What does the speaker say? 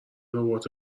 ربات